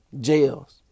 jails